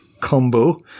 combo